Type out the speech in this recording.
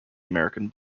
american